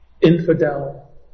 infidel